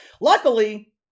Luckily